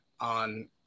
on